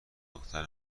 دختر